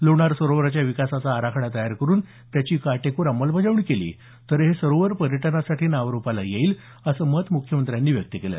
लोणार सरोवराच्या विकासाचा आराखडा तयार करून त्याची काटेकोर अंमलबजावणी केली तर हे सरोवर पर्यटनासाठी नावारूपाला येईल असं मत मुख्यमंत्र्यांनी व्यक्त केलं